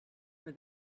for